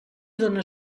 done